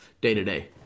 day-to-day